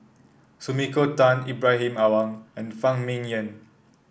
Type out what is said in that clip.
Sumiko Tan Ibrahim Awang and Fang Ming Yen